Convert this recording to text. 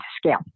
scale